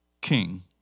King